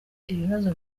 ibibazo